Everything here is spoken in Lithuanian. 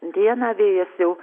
dieną vėjas jau